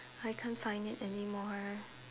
I can't find it anymore